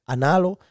Analo